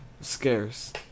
scarce